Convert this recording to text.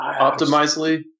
Optimizely